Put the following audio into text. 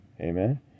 Amen